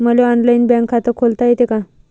मले online bank खात खोलता येते का?